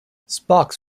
sparks